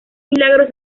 milagros